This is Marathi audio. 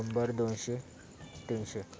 शंभर दोनशे तीनशे